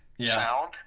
sound